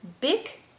big